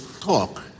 talk